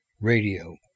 radio